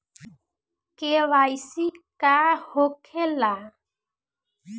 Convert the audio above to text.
KYC का होखेला?